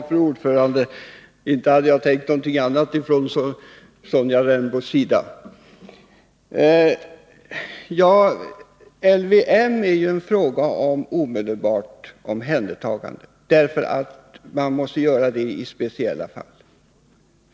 Fru talman! Inte hade jag tänkt mig någonting annat från Sonja Rembos sida. LVM är en lag med bestämmelser rörande omedelbart omhändertagande. Man måste vidta denna åtgärd i speciella fall.